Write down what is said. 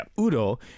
Udo